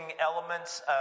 elements